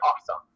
awesome